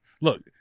Look